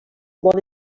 bon